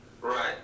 Right